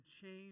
change